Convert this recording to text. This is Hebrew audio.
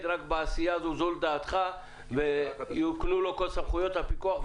רק בעשייה הזאת ויוקנו לו כל סמכויות הפיקוח,